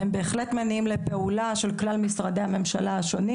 הם בהחלט מניעים לפעולה של כלל משרדי הממשלה השונים